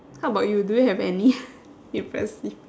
how about you do you have any impressive